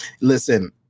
listen